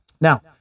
Now